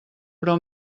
però